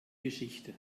geschichte